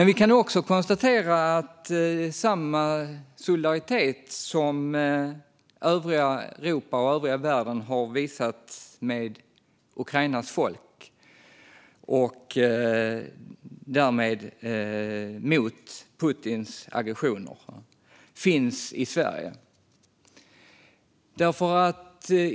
Vi kan också konstatera att samma solidaritet med Ukrainas folk som övriga Europa och världen har visat också finns i Sverige och därmed också samma avsky mot Putins aggressioner.